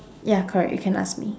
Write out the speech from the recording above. ya correct you can ask me